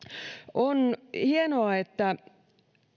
on hienoa että